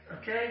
okay